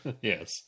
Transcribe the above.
Yes